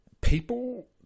people